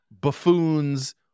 buffoons